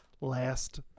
last